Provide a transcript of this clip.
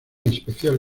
especial